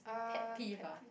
pet peeve ah